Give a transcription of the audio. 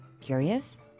Curious